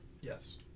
Yes